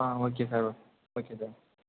ah okay sir okay sir